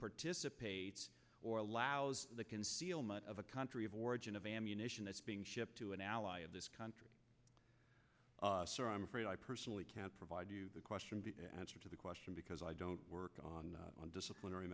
participates or allows the concealment of a country of origin of ammunition that's being shipped to an ally of this country sir i'm afraid i personally can't provide the question as to the question because i don't work on disciplinary